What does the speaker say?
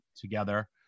together